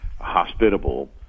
hospitable